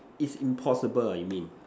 is impossible ah you mean